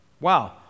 Wow